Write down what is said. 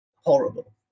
Horrible